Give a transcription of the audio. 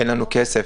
אין לנו כסף.